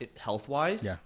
health-wise